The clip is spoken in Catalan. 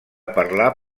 parlar